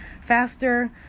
faster